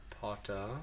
Potter